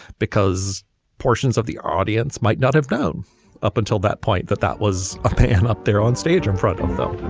because portions of the audience might not have known up until that point that that was a pain up there on stage in front of them